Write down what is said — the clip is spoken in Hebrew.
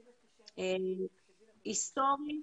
היסטורית,